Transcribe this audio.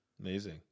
Amazing